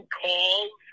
calls